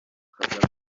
kagame